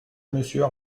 monsieur